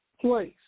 place